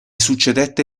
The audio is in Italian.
succedette